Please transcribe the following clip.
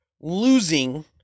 losing